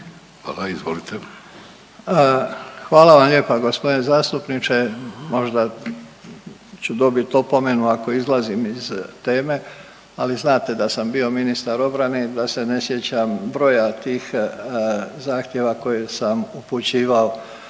Hvala vam lijepa. Gospodine zastupniče, možda ću dobit opomenu ako izlazim iz teme, ali znate da sam bio ministar obrane i da se ne sjećam broja tih zahtjeva koje sam upućivao